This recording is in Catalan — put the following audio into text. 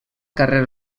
carrer